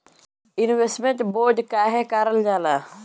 Investment bond काहे कारल जाला?